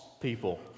people